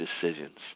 decisions